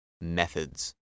methods